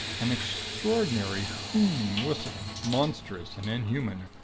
an extraordinary hooning whistle, monstrous and inhuman,